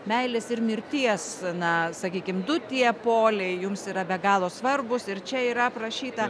meilės ir mirties na sakykim du tie poliai jums yra be galo svarbūs ir čia yra aprašyta